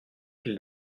qu’il